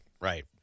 right